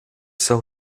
sell